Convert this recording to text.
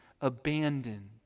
abandoned